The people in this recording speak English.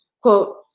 quote